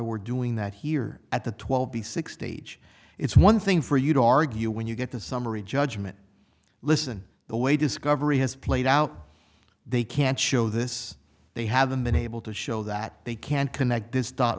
we're doing that here at the twelve b sixty it's one thing for you to argue when you get the summary judgment listen the way discovery has played out they can't show this they haven't been able to show that they can't connect this